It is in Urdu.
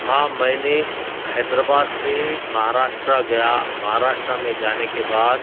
ہاں میں نے حیدرآباد سے مہاراشٹرا گیا مہاراشٹرا میں جانے کے بعد